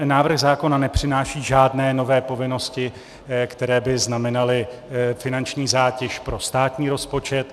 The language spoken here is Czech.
Návrh zákona nepřináší žádné nové povinnosti, které by znamenaly finanční zátěž pro státní rozpočet.